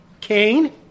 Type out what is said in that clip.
Cain